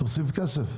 תוסיף כסף.